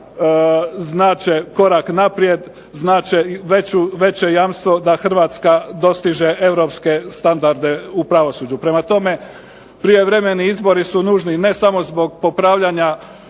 znače korak naprijed, znače veće jamstvo da Hrvatska dostiže europske standarde u pravosuđu. Prema tome, prijevremeni izbori su nužni ne samo zbog popravljanja